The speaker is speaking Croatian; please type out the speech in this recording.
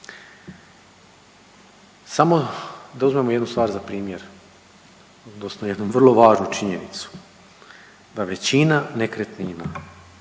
Samo da uzmemo jednu stvar za primjer, odnosno jednu vrlo važnu činjenicu, da većina nekretnina